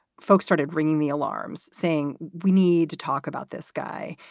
folks started ringing the alarms saying, we need to talk about this guy.